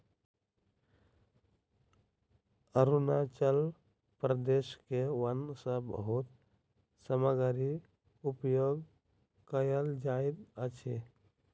अरुणाचल प्रदेश के वन सॅ बहुत सामग्री उपयोग कयल जाइत अछि